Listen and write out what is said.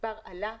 המספר עלה,